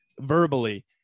verbally